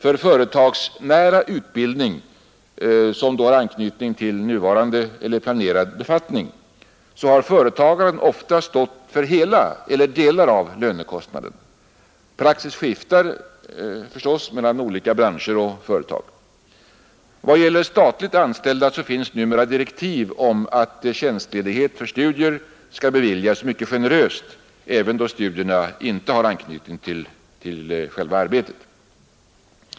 Vid företagsnära utbildning, som har anknytning till nuvarande eller planerad befattning, har företagaren ofta stått för hela eller delar av lönekostnaden. Praxis skiftar förstås mellan olika branscher och företag. I vad gäller statligt anställda finns numera direktiv om att tjänstledighet för studier skall beviljas mycket generöst, även då studierna inte har anknytning till arbetet.